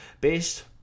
based